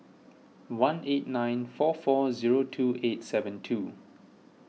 one eight nine four four zero two eight seven two